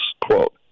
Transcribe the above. quote